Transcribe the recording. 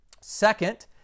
Second